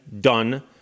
done